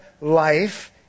life